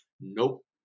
nope